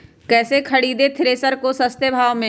कैसे खरीदे थ्रेसर को सस्ते भाव में?